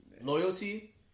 Loyalty